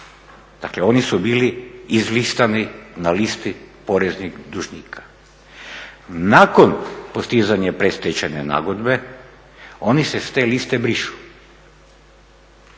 dakle oni su bili izlistani na listi poreznih dužnika. Nakon postizanja predstečajne nagodbe oni se s te liste brišu.